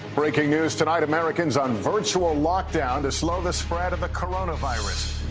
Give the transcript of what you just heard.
breaking news tonight. americans on virtual lock-down to slow the spread of the coronavirus.